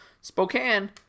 Spokane